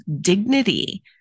dignity